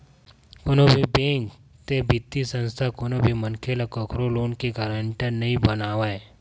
कोनो भी बेंक ते बित्तीय संस्था कोनो भी मनखे ल कखरो लोन के गारंटर नइ बनावय